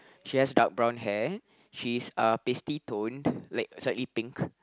she has dark brown hair she is uh pasty tone like slightly pink